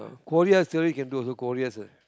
courier service you can do also courier ser~